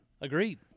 Agreed